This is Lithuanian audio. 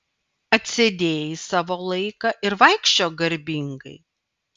atsėdėjai savo laiką ir vaikščiok garbingai